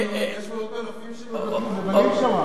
יש מאות אלפים שמבלים שם.